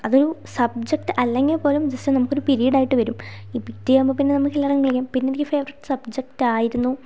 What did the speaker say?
അതൊരു സബ്ജെക്ട് അല്ലെങ്കിൽപ്പോലും ജസ്റ്റ് നമുക്കൊരു പീരീഡ് ആയിട്ടു വരും ഈ പി ടി ആവുമ്പോൾ പിന്നെ നമുക്ക് എല്ലാവിടേയും കളിക്കാം പിന്നെ എനിക്ക് ഫേവറേറ്റ് സബ്ജെക്ട് ആയിരുന്നു